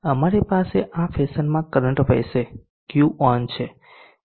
અમારી પાસે આ ફેશનમાં કરંટ વહશે Q ઓન છે